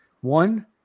One